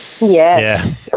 Yes